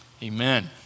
Amen